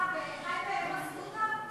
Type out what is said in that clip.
מה, בטייבה אין מסעודה?